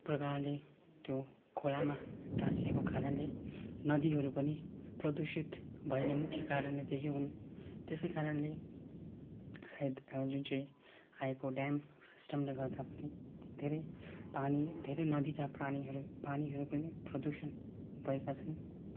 प्रकारले त्यो खोलामा टाँसिएको कारणले नदीहरू पनि प्रदूषित भएको मुख्य कारणले त्यही हुन् त्यसै कारणले सायद जुन चाहिँ आएको ड्याम सिस्टमले गर्दा पनि धेरै पानी धेरै नदी त्यहाँ प्राणीहरू पानीहरू पनि प्रदूषण भएका छन्